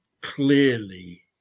clearly